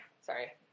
Sorry